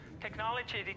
technology